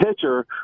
pitcher